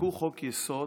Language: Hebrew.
חוקקו חוק-יסוד